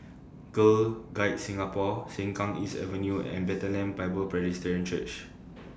Girl Guides Singapore Sengkang East Avenue and Bethlehem Bible Presbyterian Church